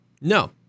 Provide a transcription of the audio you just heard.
No